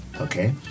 Okay